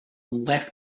left